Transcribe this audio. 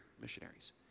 missionaries